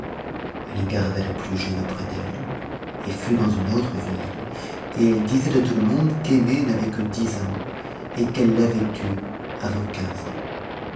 elle garda la plus jeune auprès d'elle et fut dans une autre ville et elle disait à tout le monde qu'aimée n'avait que dix ans et qu'elle l'avait eue avant quinze ans